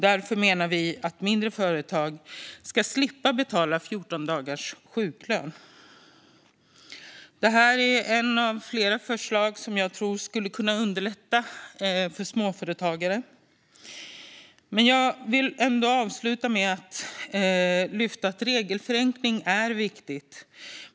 Därför menar vi att mindre företag ska slippa betala 14 dagars sjuklön. Det här är ett av flera förslag som jag tror skulle kunna underlätta för småföretagare. Jag vill avsluta med att lyfta att regelförenkling är viktigt.